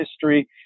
history